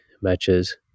matches